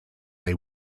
they